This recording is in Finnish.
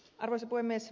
arvoisa puhemies